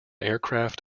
aircraft